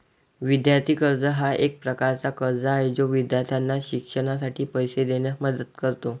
विद्यार्थी कर्ज हा एक प्रकारचा कर्ज आहे जो विद्यार्थ्यांना शिक्षणासाठी पैसे देण्यास मदत करतो